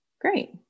Great